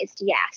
Yes